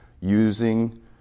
using